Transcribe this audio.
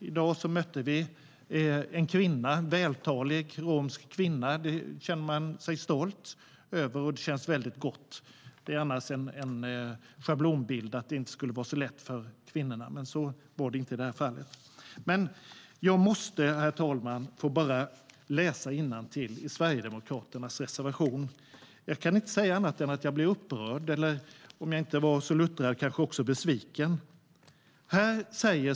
I dag mötte vi en vältalig romsk kvinna. Det känner man sig stolt över, och det känns väldigt bra. Det är annars en schablonbild att det inte skulle vara lätt för kvinnorna, men så var det inte i det här fallet. Jag måste bara, herr talman, få läsa innantill ur Sverigedemokraternas reservation. Jag kan inte säga annat än att jag blir upprörd. Om jag inte var så luttrad skulle jag kanske också bli besviken.